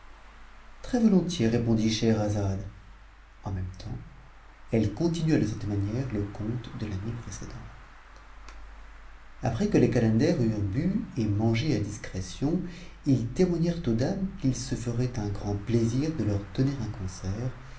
très-volontiers répondit scheherazade en même temps elle continua de cette manière le conte de la nuit précédente après que les calenders eurent bu et mangé à discrétion ils témoignèrent aux dames qu'ils se feraient un grand plaisir de leur donner un concert